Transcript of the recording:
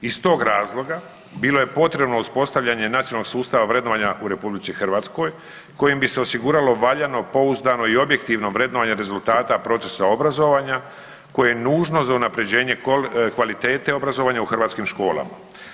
Iz tog razloga bilo je potrebno uspostavljanje nacionalnog sustava vrednovanja u RH kojim bi se osiguralo valjano, pouzdano i objektivno vrednovanje rezultata procesa obrazovanja koje je nužno za unapređenje kvalitete obrazovanja u hrvatskim školama.